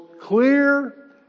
clear